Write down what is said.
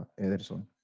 Ederson